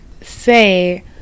say